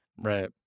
Right